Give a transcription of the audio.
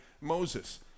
Moses